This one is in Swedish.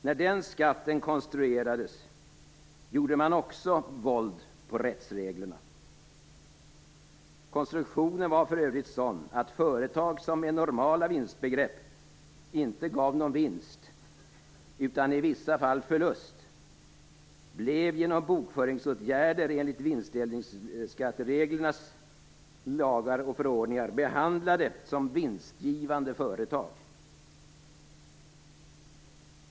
När den skatten konstruerades gjorde man också våld på rättsreglerna. Konstruktionen var för övrigt sådan att företag som med normala vinstbegrepp inte gav någon vinst, utan i vissa fall förlust, genom bokföringsåtgärder enligt vinstdelningsskattereglernas lagar och förordningar blev behandlade som vinstgivande företag.